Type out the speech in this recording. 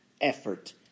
effort